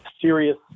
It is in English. serious